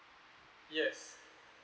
yes